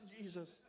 Jesus